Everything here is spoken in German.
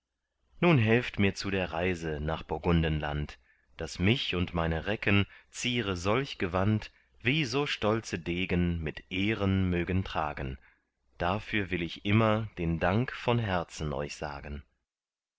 nun helft mir zu der reise nach burgundenland daß mich und meine recken ziere solch gewand wie so stolze degen mit ehren mögen tragen dafür will ich immer den dank von herzen euch sagen